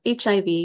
HIV